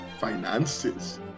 finances